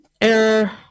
error